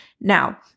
now